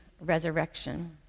resurrection